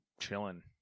chilling